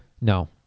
No